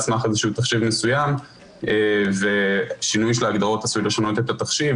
סמך איזשהו תחשיב מסוים ושינוי ההגדרות עשוי לשנות את התחשיב.